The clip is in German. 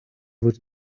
wird